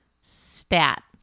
Stat